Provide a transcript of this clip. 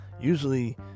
Usually